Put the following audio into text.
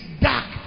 dark